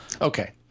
Okay